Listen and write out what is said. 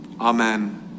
amen